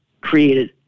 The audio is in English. created